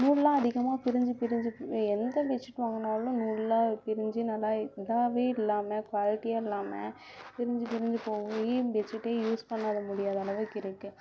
நூல்லாம் அதிகமாக பிரிந்து பிரிந்து நீங்கள் எந்த பெட்ஷீட் வாங்குனாலும் நூல்லாம் பிரிந்து நல்லா இதாகவே இல்லாமல் குவாலிட்டியாக இல்லாமல் பிரிந்து பிரிந்து போய் அந்த பெட்ஷீட்டே யூஸ் பண்ணாத முடியாத அளவுக்கு இருக்குது